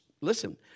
listen